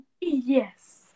Yes